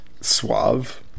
Suave